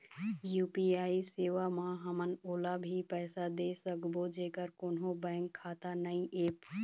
UPI सेवा म हमन ओला भी पैसा दे सकबो जेकर कोन्हो बैंक खाता नई ऐप?